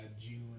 June